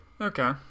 okay